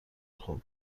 خوب